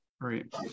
right